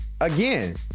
Again